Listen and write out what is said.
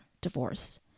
divorce